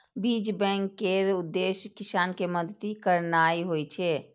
बीज बैंक केर उद्देश्य किसान कें मदति करनाइ होइ छै